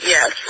Yes